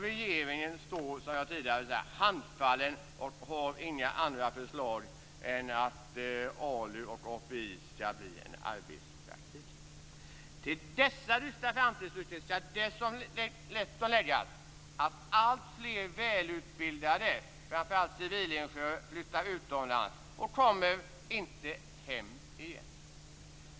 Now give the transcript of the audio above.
Regeringen står, som jag tidigare har sagt, handfallen och har inga andra förslag än att ALU och API skall bli en arbetspraktik. Till dessa dystra framtidsutsikter skall dessutom läggas att alltfler välutbildade framför allt civilingenjörer flyttar utomlands, och de kommer inte hem igen.